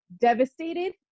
devastated